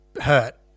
hurt